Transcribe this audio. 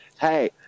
hey